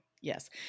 Yes